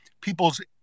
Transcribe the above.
people's